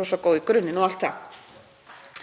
rosa góð í grunninn og heiðarleg